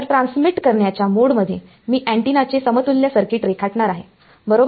तर ट्रान्समिट करण्याच्या मोड मध्ये मी अँटिना चे समतुल्य सर्किट रेखाटणार आहे बरोबर